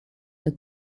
the